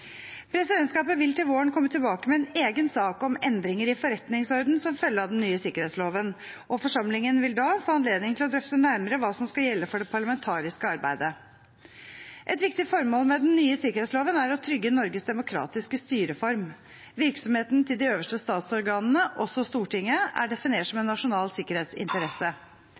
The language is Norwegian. Presidentskapet vil til våren komme tilbake med en egen sak om endringer i forretningsordenen som følge av den nye sikkerhetsloven, og forsamlingen vil da få anledning til å drøfte nærmere hva som skal gjelde for det parlamentariske arbeidet. Et viktig formål med den nye sikkerhetsloven er å trygge Norges demokratiske styreform. Virksomheten til de øverste statsorganene, også Stortinget, er definert som en nasjonal sikkerhetsinteresse.